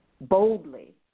boldly